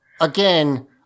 again